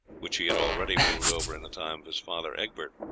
which he had already ruled over in the time of his father egbert.